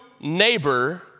neighbor